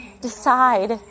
decide